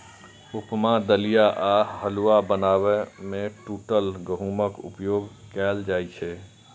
उपमा, दलिया आ हलुआ बनाबै मे टूटल गहूमक उपयोग कैल जाइ छै